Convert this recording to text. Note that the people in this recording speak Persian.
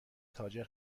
تاجر